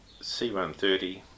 c-130